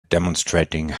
demonstrating